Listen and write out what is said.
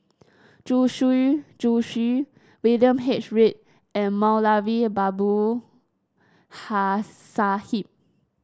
Zhu Xu Zhu Xu William H Read and Moulavi Babu Ha Sahib